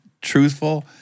truthful